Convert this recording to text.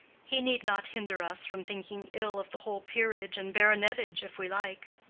he need not hinder us from thinking ill of the whole peerage and baronetage if we like.